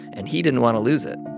and he didn't want to lose it